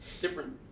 different